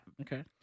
Okay